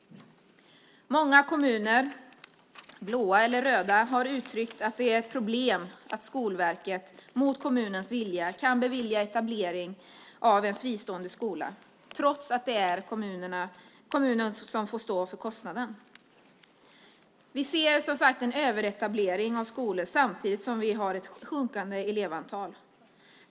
Många kommuner, blåa eller röda, har uttryckt att det är ett problem att Skolverket mot kommunens vilja kan bevilja etablering av en fristående skola, trots att det är kommunen som får stå för kostnaden. Vi ser som sagt en överetablering av skolor samtidigt som vi har ett sjunkande elevantal.